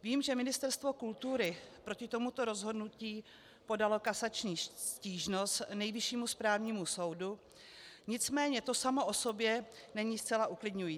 Vím, že Ministerstvo kultury proti tomuto rozhodnutí podalo kasační stížnost k Nejvyššímu správnímu soudu, nicméně to samo o sobě není zcela uklidňující.